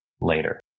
later